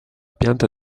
pianta